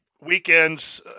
weekends